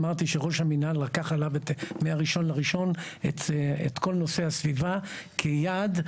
אמרתי שראש המינהל לקח עליו מה-1 לינואר את כל נושא הסביבה כיעד,